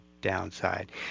downside